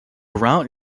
route